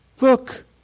Look